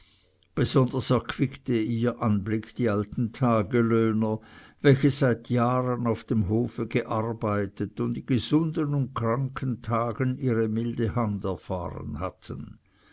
besonders erquickte ihr anblick die alten tagelöhner welche seit jahren auf dem hofe gearbeitet und in gesunden und kranken tagen ihre milde hand erfahren hatten